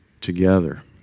together